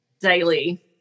daily